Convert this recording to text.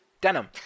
denim